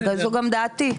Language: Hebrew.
זאת דעתי.